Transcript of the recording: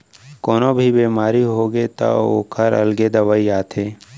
कोनो भी बेमारी होगे त ओखर अलगे दवई आथे